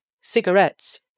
cigarettes